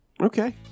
Okay